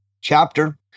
chapter